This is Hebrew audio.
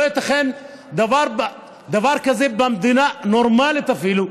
לא ייתכן דבר כזה במדינה נורמלית אפילו,